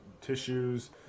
tissues